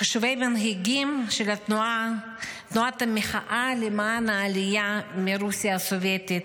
מחשובי המנהיגים של תנועת המחאה למען העלייה מרוסיה הסובייטית,